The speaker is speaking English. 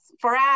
forever